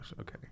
okay